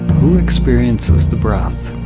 who experiences the breath?